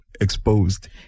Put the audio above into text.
exposed